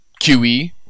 QE